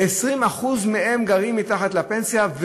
20% מהם מקבלים מתחת לפנסיה,